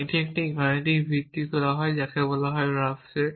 এটি একটি গাণিতিক ভিত্তি যাকে বলা হয় রাফ সেট